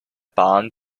bahn